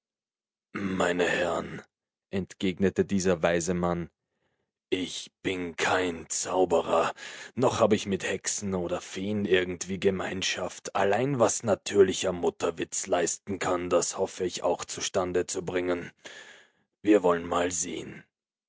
meine herren entgegnete dieser weise mann ich bin kein zauberer noch habe ich mit hexen oder feen irgendwie gemeinschaft allein was natürlicher mutterwitz leisten kann das hoffe ich auch zustande zu bringen wir wollen mal sehen